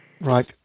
Right